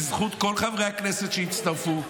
בזכות כל חברי הכנסת שהצטרפו,